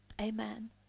amen